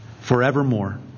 forevermore